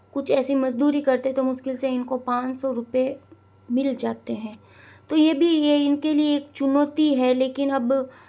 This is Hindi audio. कुछ ऐसी मज़दूरी करते तो मुश्किल से इनको पाँच सौ रुपये मिल जाते हैं तो ये भी ये इनके लिए एक चुनौती है लेकिन अब